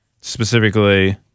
Specifically